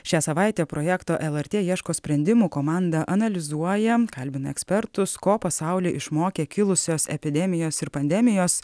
šią savaitę projekto lrt ieško sprendimų komanda analizuojam kalbina ekspertus ko pasaulį išmokė kilusios epidemijos ir pandemijos